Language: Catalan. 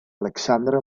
alexandre